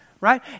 right